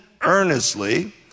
earnestly